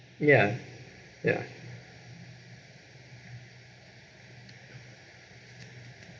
ya ya